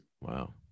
Wow